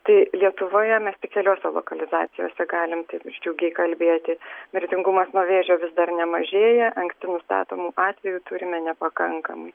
tai lietuvoje mes tik keliose lokalizacijose galim taip džiugiai kalbėti mirtingumas nuo vėžio vis dar nemažėja anksti nustatomų atvejų turime nepakankamai